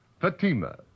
Fatima